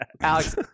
Alex